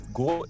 go